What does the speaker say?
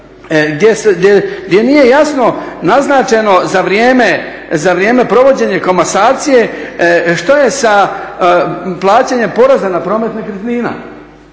gdje nije jasno naznačeno za vrijeme provođenja komasacije što je sa plaćanjem poreza na promet nekretnina.